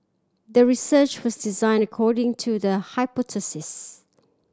the research was designed according to the hypothesis